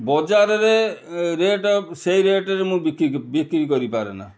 ବଜାରରେ ଏ ରେଟ୍ ସେଇ ରେଟ୍ରେ ମୁଁ ବିକ୍ରି କରିପାରେନା